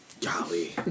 golly